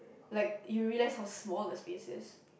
like you realize how small the space is